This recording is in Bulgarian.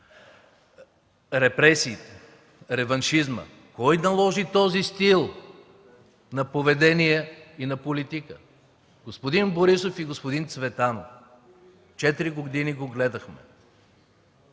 репресиите, реваншизма. Кой наложи този стил на поведение и на политика? – Господин Борисов и господин Цветанов. Четири години го гледахме.